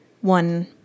one